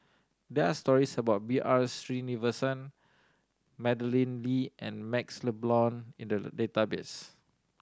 there are stories about B R Sreenivasan Madeleine Lee and MaxLe Blond in the database